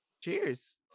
Cheers